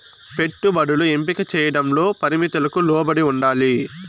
పెట్టుబడులు ఎంపిక చేయడంలో పరిమితులకు లోబడి ఉండాలి